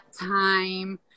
time